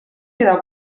quedar